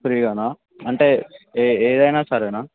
ఫ్రీగానా అంటే ఏ ఏదైనా సరేనా